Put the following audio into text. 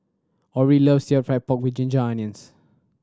Orie loves stir fried pork ginger onions